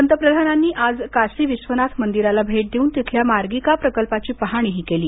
पंतप्रधानांनी आज काशी विश्र्वनाथ मंदिराला भेट देऊन तिथल्या मार्गिका प्रकल्पाची पाहणीही केली